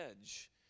edge